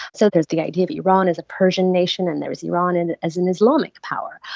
so there's the idea of iran as a persian nation, and there is iran and as an islamic power.